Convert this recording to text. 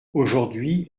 aujourd’hui